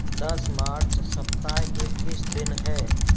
दस मार्च सप्ताह के किस दिन है